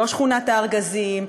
לא שכונת-הארגזים,